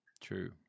True